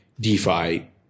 DeFi